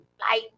light